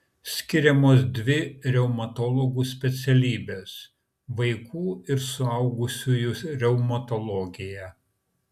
skiriamos dvi reumatologų specialybės vaikų ir suaugusiųjų reumatologija